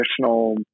traditional